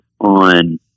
on